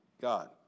God